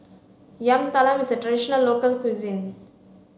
yam talam is a traditional local cuisine